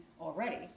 already